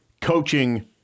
coaching